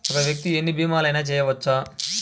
ఒక్క వ్యక్తి ఎన్ని భీమలయినా చేయవచ్చా?